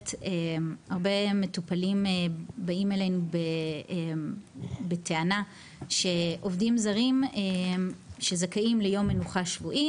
הרבה מטופלים באים אלינו בטענה שעובדים זרים שזכאים ליום מנוחה שבועי,